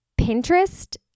Pinterest